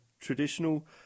traditional